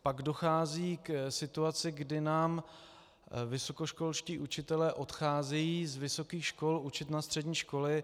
Pak dochází k situaci, kdy nám vysokoškolští učitelé odcházejí z vysokých škol učit na střední školy.